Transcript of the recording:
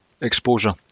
exposure